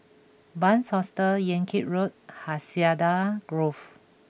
Bunc Hostel Yan Kit Road and Hacienda Grove